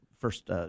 first